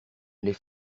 les